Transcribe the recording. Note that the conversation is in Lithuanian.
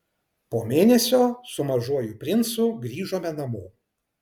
po mėnesio su mažuoju princu grįžome namo